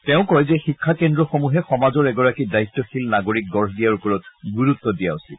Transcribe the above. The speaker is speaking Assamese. তেওঁ কয় যে শিক্ষাকেন্দ্ৰ সমূহে সমাজৰ এগৰাকী দায়িত্বশীল নাগৰিক গঢ় দিয়াৰ ওপৰত গুৰুত্ব দিয়া উচিত